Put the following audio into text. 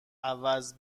عوض